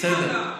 בסדר,